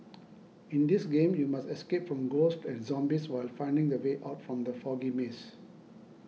in this game you must escape from ghosts and zombies while finding the way out from the foggy maze